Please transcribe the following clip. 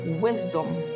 wisdom